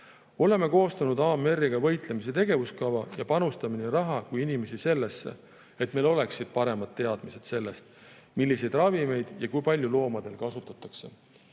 Oleme koostanud AMR‑iga võitlemise tegevuskava ja panustame nii raha kui ka inimesi sellesse, et meil oleksid paremad teadmised sellest, milliseid ravimeid ja kui palju loomadel kasutatakse.2019.